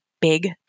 big